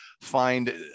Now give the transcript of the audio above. find